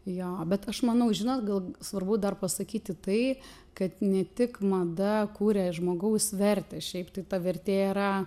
jo bet aš manau žinot gal svarbu dar pasakyti tai kad ne tik mada kūrė ir žmogaus vertę šiaip tai ta vertė yra